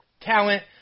talent